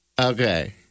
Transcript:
Okay